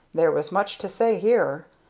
there was much to say here,